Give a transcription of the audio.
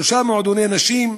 שלושה מועדוני נשים,